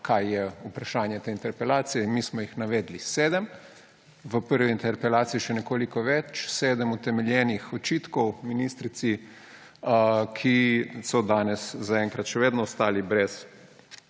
kaj je vprašanje te interpelacije. In mi smo navedli sedem, v prvi interpelaciji še nekoliko več, sedem utemeljenih očitkov ministrici, ki so danes zaenkrat še vedno ostali brez